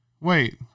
Wait